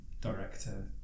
director